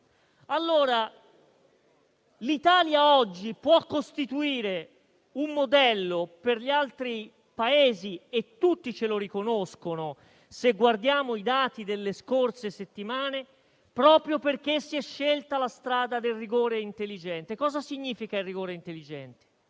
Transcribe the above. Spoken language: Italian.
problema. L'Italia oggi può costituire un modello per gli altri Paesi - e tutti ce lo riconoscono, se guardiamo i dati delle scorse settimane - proprio perché si è scelta la strada del rigore intelligente. Cosa significa rigore intelligente?